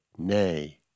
Nay